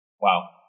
wow